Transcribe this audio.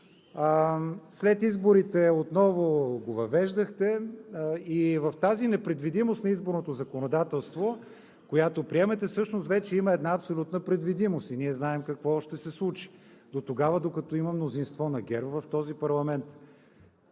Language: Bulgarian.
след изборите отново го въвеждахте. В тази непредвидимост на изборното законодателство, която приемате, всъщност вече има една абсолютна предвидимост, и ние знаем какво ще се случи – докато има мнозинство на ГЕРБ в този парламент,